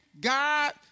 God